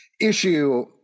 issue